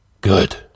Good